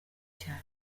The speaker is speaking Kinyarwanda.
cyane